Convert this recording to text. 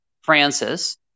Francis